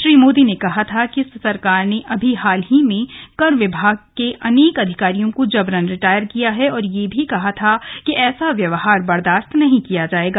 श्री मोदी ने कहा था कि सरकार ने अभी हाल में कर विभाग के अनेक अधिकारियों को जबरन रिटायर किया है और यह भी कहा था कि ऐसा व्यवहार बर्दाश्त नहीं किया जाएगा